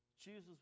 Jesus